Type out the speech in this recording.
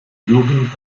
jugend